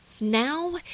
Now